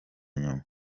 nyuma